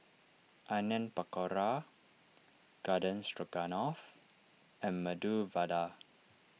Onion Pakora Garden Stroganoff and Medu Vada